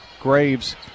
Graves